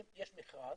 יש מכרז.